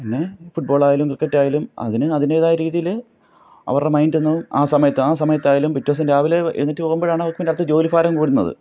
പിന്നെ ഫുട്ബോളാലായാലും ക്രിക്കറ്റായാലും അതിന് അതിന്റേതായ രീതിയിൽ അവരുടെ മൈൻ്റൊന്ന് ആ സമയത്ത് ആ സമയത്തായാലും പിറ്റേ ദിവസം രാവിലെ എഴുന്നേറ്റ് പോവുമ്പോഴാണ് അവർക്കും കററ്റ് ജോലിഭാരം കൂടുന്നത്